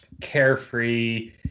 carefree